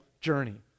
journey